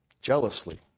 jealously